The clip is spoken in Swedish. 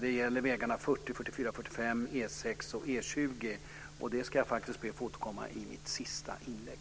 Det gäller vägarna 40, 44, 45, E 6 och E 20. Dem ska jag be att få återkomma till i mitt sista inlägg.